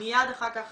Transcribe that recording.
מיד אחר כך